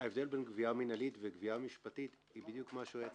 ההבדל בין גבייה מנהלית לגבייה משפטית היא בדיוק מה שהיועץ